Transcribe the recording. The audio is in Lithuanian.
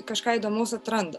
kažką įdomaus atranda